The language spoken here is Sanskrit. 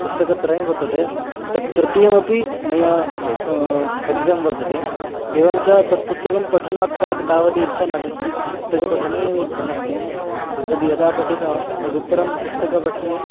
पुस्तकत्रयं वर्तते तत् तृतीयमपि मया पठितं वर्तते एवञ्च तत् पुस्तकं पठनात् प्राक् तावती इच्छा नासीत् पुट् पुस्तकपठने एव इच्छा नासीत् तद् यदा पठितवान् तदुत्तरं पुस्तकपठने